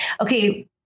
Okay